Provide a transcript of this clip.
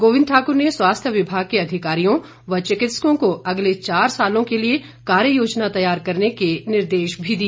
गोविंद ठाकर ने स्वास्थ्य विभाग के अधिकारियों व चिकित्सकों को अगले चार सालों के लिए कार्य योजना तैयार करने के निर्देश भी दिए